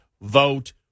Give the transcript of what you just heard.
vote